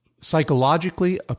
psychologically